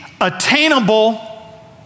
attainable